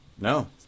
No